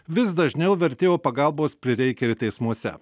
vis dažniau vertėjo pagalbos prireikia ir teismuose